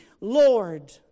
Lord